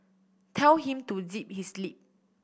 tell him to zip his lip